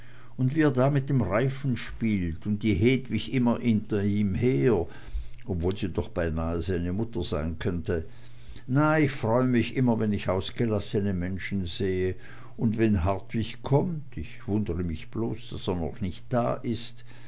und wie er da mit dem reifen spielt und die hedwig immer hinter ihm her wiewohl sie doch beinahe seine mutter sein könnte na ich freue mich immer wenn ich ausgelassene menschen sehe und wenn hartwig kommt ich wundere mich bloß daß er noch nicht da ist